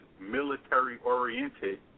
military-oriented